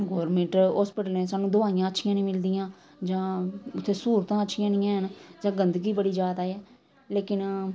government हॉस्पिटलें च सानूं दवाइयां अच्छियां निं मिलदियां जां उ'त्थें स्हूलतां अच्छियां निं हैन जां गंदगी बड़ी जादा ऐ लेकिन